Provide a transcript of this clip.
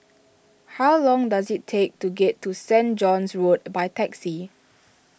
how long does it take to get to Saint John's Road by taxi